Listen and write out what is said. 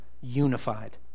unified